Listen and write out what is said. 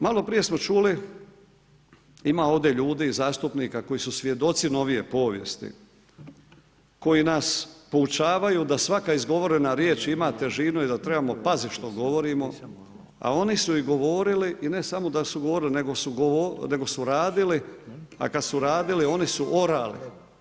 Maloprije smo čuli, ima ovdje ljudi, zastupnika koji su svjedoci novije povijesti, koji nas poučavaju da svaka izgovorena riječ ima težinu i da trebamo paziti što govorimo, a oni su ih govorili, i ne samo da su govorili, nego su radili, a kada su radili, oni su orali.